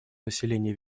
населения